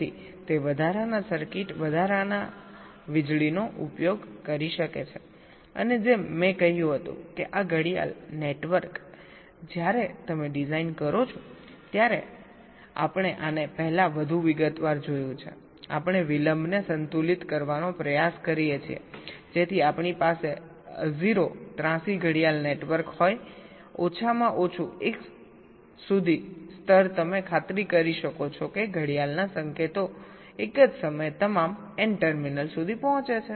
તેથી તે વધારાની સર્કિટ વધારાની વીજળીનો પણ ઉપયોગ કરી શકે છે અને જેમ મેં કહ્યું હતું કે આ ક્લોક નેટવર્ક જ્યારે તમે ડિઝાઇન કરો છો ત્યારે આપણે આને પહેલા વધુ વિગતવાર જોયું છે આપણે વિલંબને સંતુલિત કરવાનો પ્રયાસ કરીએ છીએ જેથી આપણી પાસે 0 ત્રાંસી ક્લોક નેટવર્ક હોય ઓછામાં ઓછું એક સુધી સ્તર તમે ખાતરી કરી શકો છો કે ઘડિયાળના સંકેતો એક જ સમયે તમામ n ટર્મિનલ સુધી પહોંચે છે